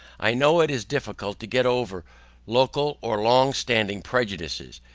i know it is difficult to get over local or long standing prejudices,